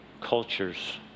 cultures